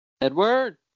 Edward